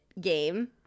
game